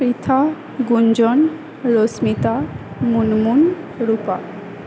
Pritha Gunjan Rashmita Munmun Rupa